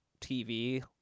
TV